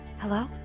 Hello